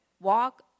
walk